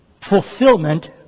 fulfillment